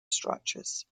structures